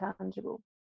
tangible